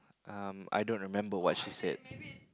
um I don't remember what she said